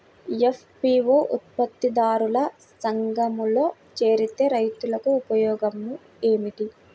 FPO ఉత్పత్తి దారుల సంఘములో చేరితే రైతులకు ఉపయోగము ఏమిటి?